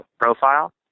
profile